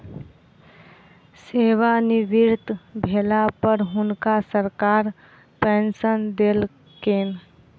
सेवानिवृत भेला पर हुनका सरकार पेंशन देलकैन